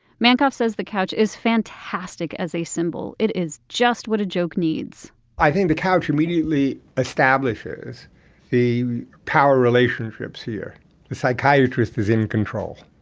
mankoff says the couch is fantastic as a symbol. it is just what a joke needs i think the couch immediately establishes the power relationships here. the psychiatrist is in control.